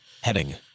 Heading